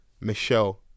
Michelle